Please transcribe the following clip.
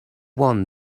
one